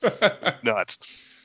Nuts